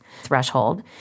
threshold